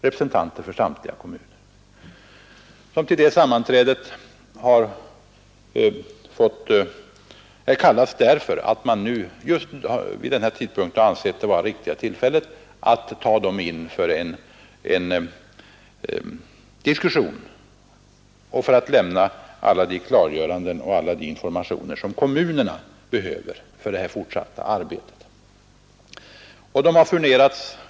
Dessa har kallats till det sammanträdet just därför att man har ansett det vara rätt tillfälle att ta med dem för diskussion och lämna alla de klargörande informationer som kommunerna behöver för det fortsatta arbetet.